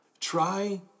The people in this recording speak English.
Try